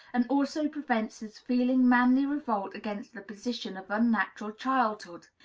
and also prevents his feeling manly revolt against the position of unnatural childhood.